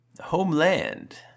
homeland